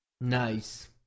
Nice